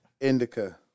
indica